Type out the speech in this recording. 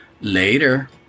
Later